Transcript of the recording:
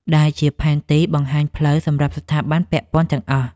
ដែលជាផែនទីបង្ហាញផ្លូវសម្រាប់ស្ថាប័នពាក់ព័ន្ធទាំងអស់។